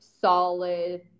solid